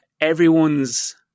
everyone's